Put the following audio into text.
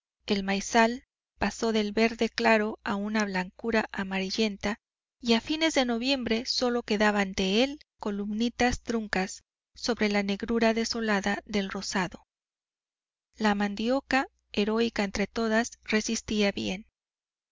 rápidamente el maizal pasó del verde claro a una blancura amarillenta y a fines de noviembre sólo quedaban de él columnitas truncas sobre la negrura desolada del rozado la mandioca heroica entre todas resistía bien